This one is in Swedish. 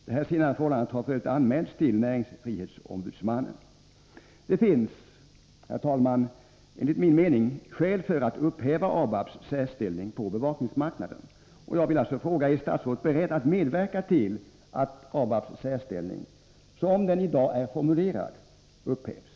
Detta senare förhållande har f. ö. anmälts till näringsfri Tisdagen den hetsombudsmannen. 15 november 1983 Det finns, herr talman, enligt min mening skäl för att upphäva ABAB:s särställning på bevakningsmarknaden. Jag vill därför fråga: Är statsrådet Om villkoren för beredd att medverka till att ABAB:s särställning, såsom den i dag är formulebidrag ur allmänna rad, upphävs?